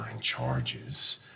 charges